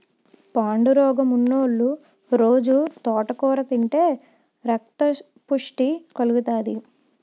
పాండురోగమున్నోలు రొజూ తోటకూర తింతే రక్తపుష్టి కలుగుతాది